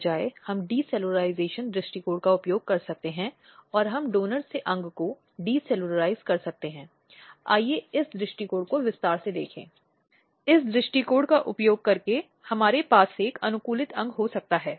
बहुत बार शारीरिक चोट का मुद्दा महत्वपूर्ण हो जाता है जिसके लिए उसे तत्काल चिकित्सा ध्यान और सहायता की आवश्यकता हो सकती है या वह अनुरोध कर सकती है